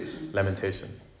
Lamentations